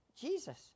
Jesus